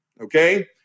okay